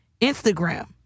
Instagram